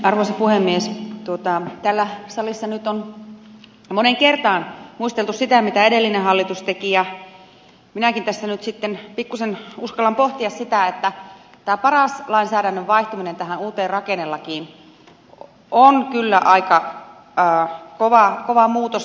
täällä salissa nyt on moneen kertaan muisteltu sitä mitä edellinen hallitus teki ja minäkin tässä nyt sitten pikkusen uskallan pohtia sitä että paras lainsäädännön vaihtuminen tähän uuteen rakennelakiin on kyllä aika kova muutos